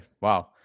Wow